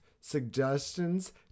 Suggestions